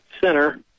center